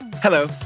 Hello